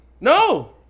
No